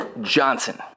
Johnson